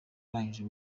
arangije